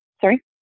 sorry